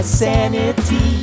sanity